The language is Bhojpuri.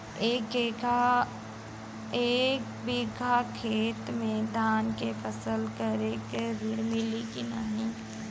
एक बिघा खेत मे धान के फसल करे के ऋण मिली की नाही?